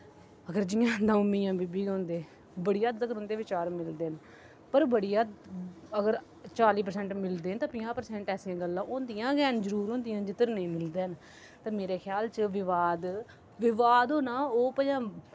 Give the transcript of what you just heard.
अगर जि'या द'ऊं मियां बीवी होंदे बड़ी हद्दै तक्कर उं'दे बचार मिलदे न पर बड़ी हद्द अगर चाली परसैंट मिलदे न तां पंजाह् परसैंट ऐसियां गल्लां होंदियां गै न जरूर होदियां न जिद्धर नेईं मिलदे हैन ते मेरे ख्याल च विवाद विवाद होना ओह् भमै